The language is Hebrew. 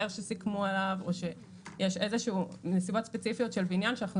שסיכמו עליו או שיש איזשהן נסיבות ספציפיות של בניין שאנחנו